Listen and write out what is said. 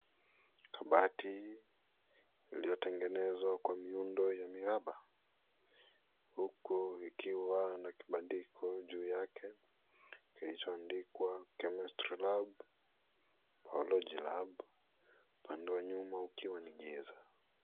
KAbati iliyotengenezwa kwa muundo wa miraba huku ikiwa na kibandiko juu yake kilichoandikwa chemistry lab, biology lab . Upande wa nyuma ukiwa ni giza.